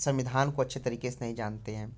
संविधान को अच्छे तरीके से नहीं जानते हैं